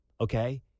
okay